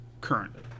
Currently